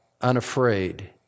unafraid